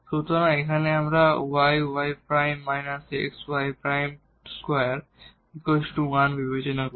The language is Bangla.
সুতরাং এখানে আমরা এই yy x y 2 1 বিবেচনা করি